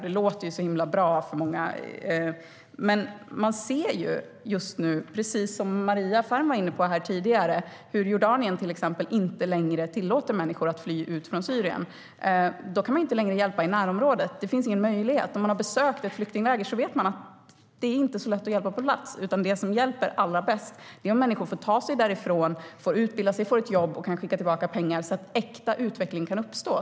Det låter ju så himla bra för många, men precis som Maria Ferm var inne på tidigare ser man just nu hur till exempel Jordanien inte längre tillåter människor att fly ut från Syrien. Då kan vi inte längre hjälpa i närområdet; det finns ingen möjlighet. Den som har besökt ett flyktingläger vet att det inte är så lätt att hjälpa på plats. Det som hjälper allra bäst är i stället om människor får ta sig därifrån. Om människor kan utbilda sig, få ett jobb och skicka tillbaka pengar kan äkta utveckling uppstå.